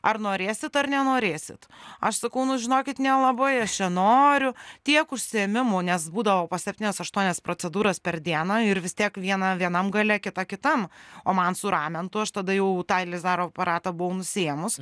ar norėsit ar nenorėsit aš sakau nu žinokit nelabai aš čia noriu tiek užsiėmimų nes būdavo po septynias aštuonias procedūras per dieną ir vis tiek viena vienam gale kita kitam o man su ramentu aš tada jau tą ilizarovo aparatą buvau nusiėmus